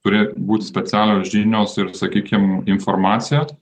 turi būti specialios žinios ir sakykim informacija